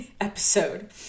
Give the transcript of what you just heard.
episode